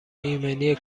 ایمنی